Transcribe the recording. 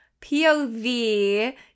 POV